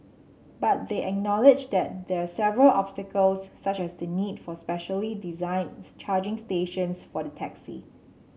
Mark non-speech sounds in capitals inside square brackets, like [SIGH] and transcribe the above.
but they acknowledged that there are several obstacles such as the need for specially designed [UNINTELLIGIBLE] charging stations for the taxi